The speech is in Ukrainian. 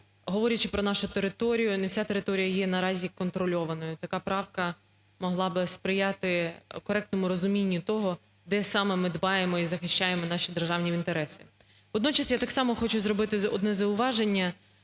говорячи про нашу територію, не вся територія є наразі контрольованою, така правка могла би сприяти коректному розумінню того, де саме ми дбаємо і захищаємо наші державні інтереси. Водночас, я так само хочу зробити одне зауваження.